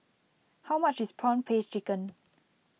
how much is Prawn Paste Chicken